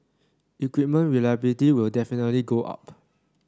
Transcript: equipment reliability will definitely go up